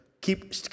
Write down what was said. Keep